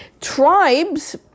tribes